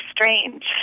strange